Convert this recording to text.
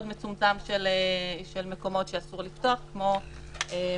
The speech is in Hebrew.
מצומצם של מקומות שאסור לפתוח כמו מועדונים.